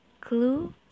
Clue